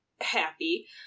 happy